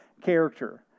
character